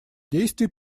действий